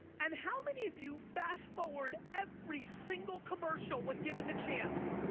and how many of you fast-forward every single commercial when given the chance?